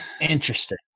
interesting